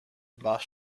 bus